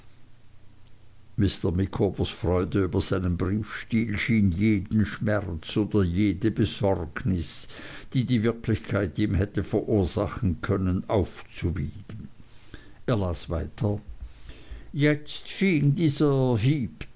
mr micawbers freude über seinen briefstil schien jeden schmerz oder jede besorgnis die die wirklichkeit ihm hätte verursachen können aufzuwiegen er las weiter jetzt fing dieser